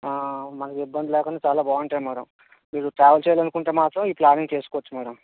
మనకి ఇబ్బంది లేకుండా చాలా బాగుంటాయి మ్యాడమ్ మీరు ట్రావెల్ చేయాలనుకుంటే మాత్రం ఈ ప్ల్యానింగ్ చేసుకోచ్చు మ్యాడమ్